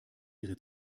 ihre